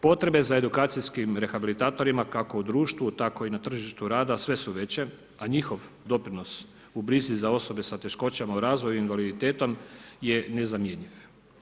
Potrebe za edukacijskim rehabilitatorima kako u društvu tako i na tržištu rada sve su veće a njihov doprinos u brizi za osobe sa teškoćama u razvoju i invaliditetom je nezamjenjiv.